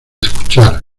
escuchar